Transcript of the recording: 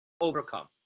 overcome